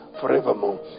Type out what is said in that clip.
forevermore